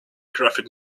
graphic